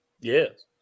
Yes